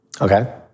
Okay